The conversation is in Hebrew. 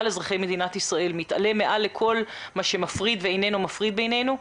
אזרחי מדינת ישראל ומתעלה מעל לכל מה שמפריד ואיננו מפריד בינינו.